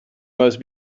most